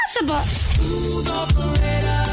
impossible